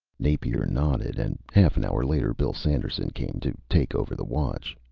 napier nodded, and half an hour later bill sanderson came to take over the watch.